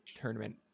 tournament